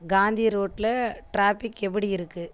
காந்தி ரோட்டில் ட்ராஃபிக் எப்படி இருக்குது